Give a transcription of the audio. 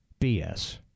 BS